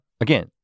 again